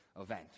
event